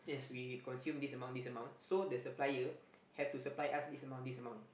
we consume this amount this amount so the supplier have to supply us this amount this amount